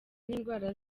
n’indwara